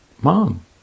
mom